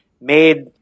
made